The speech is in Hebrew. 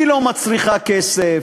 היא לא מצריכה כסף,